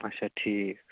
اَچھا ٹھیٖک